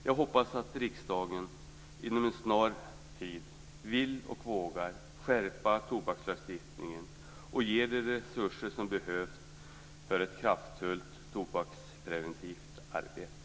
Jag hoppas att riksdagen inom en snar tid vill och vågar skärpa tobakslagstiftningen och ge de resurser som behövs för ett kraftfullt tobakspreventivt arbete.